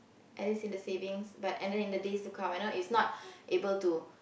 at least in the savings but at the end of the days to come I know it's not able to